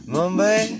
Mumbai